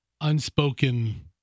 unspoken